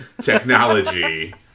technology